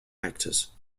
actors